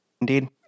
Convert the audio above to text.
Indeed